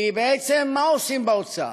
כי בעצם מה עושים באוצר?